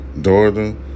daughter